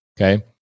Okay